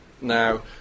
now